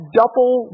double